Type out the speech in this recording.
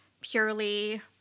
purely